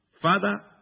Father